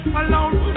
alone